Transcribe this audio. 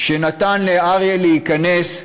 שנתן לאריה להיכנס,